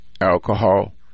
alcohol